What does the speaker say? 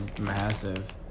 massive